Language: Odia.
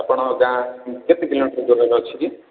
ଆପଣଙ୍କ ଗାଁ କେତେ କିଲୋମିଟର ଦୂରରେ ଅଛି କି